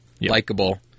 likable